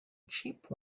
cheap